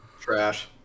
Trash